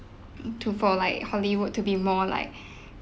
to for like hollywood to be more like